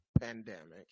pandemic